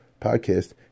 podcast